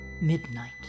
Midnight